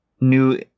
new